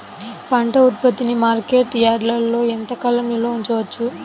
పంట ఉత్పత్తిని మార్కెట్ యార్డ్లలో ఎంతకాలం నిల్వ ఉంచవచ్చు?